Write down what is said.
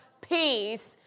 peace